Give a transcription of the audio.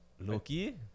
Loki